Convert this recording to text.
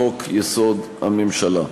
לחוק-יסוד: הממשלה.